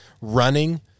running